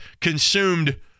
consumed